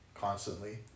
constantly